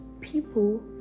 people